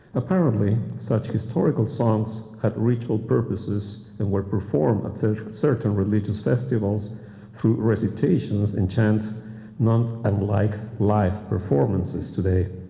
apparently, such historical songs had ritual purposes and were performed at so certain religious festivals through recitations and chants not unlike live performances today.